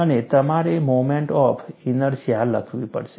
અને તમારે moment of inertia લખવી પડશે